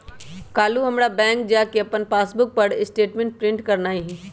काल्हू हमरा बैंक जा कऽ अप्पन पासबुक पर स्टेटमेंट प्रिंट करेनाइ हइ